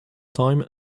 time